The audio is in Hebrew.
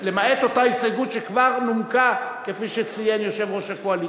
הסתייגות שכבר נומקה כפי שציין יושב-ראש הקואליציה?